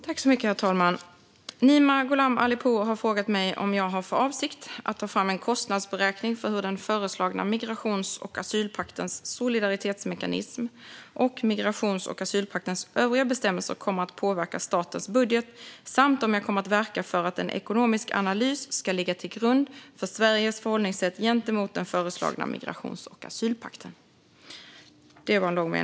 Herr ålderspresident! Nima Gholam Ali Pour har frågat mig om jag har för avsikt att ta fram en kostnadsberäkning för hur den föreslagna migrations och asylpaktens solidaritetsmekanism och övriga bestämmelser kommer att påverka statens budget samt om jag kommer att verka för att en ekonomisk analys ska ligga till grund för Sveriges förhållningssätt gentemot den föreslagna migrations och asylpakten.